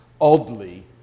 oddly